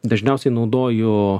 dažniausiai naudoju